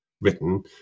written